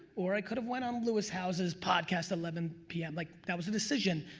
or i could have went on louis house's podcast eleven p m. like that was a decision.